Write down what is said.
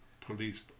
police